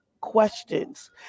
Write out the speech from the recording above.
questions